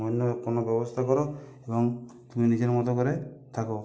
অন্য কোনো ব্যবস্থা কর এবং তুমি নিজের মতো করে থাকো